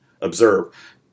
Observe